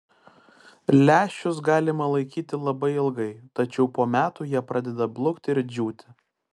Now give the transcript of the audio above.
lęšius galima laikyti labai ilgai tačiau po metų jie pradeda blukti ir džiūti